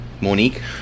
Monique